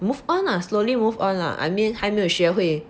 move on lah slowly move on lah I mean 还没有学会